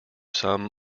sum